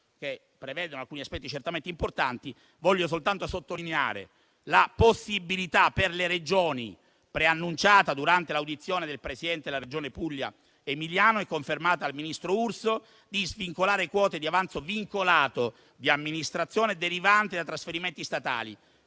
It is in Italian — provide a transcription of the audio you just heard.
che prevedono alcuni aspetti certamente importanti. Voglio soltanto sottolineare la possibilità per le Regioni, preannunciata durante l'audizione del presidente della Regione Puglia Emiliano e confermata dal ministro Urso, di svincolare quote di avanzo vincolato di amministrazione derivante da trasferimenti statali